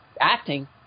acting